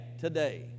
today